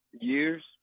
years